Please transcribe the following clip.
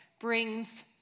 brings